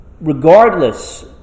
regardless